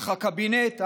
אך הקבינט ההססן,